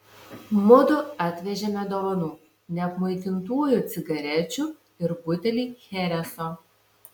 mudu atvežėme dovanų neapmuitintųjų cigarečių ir butelį chereso